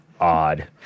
odd